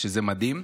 שזה מדהים.